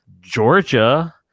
Georgia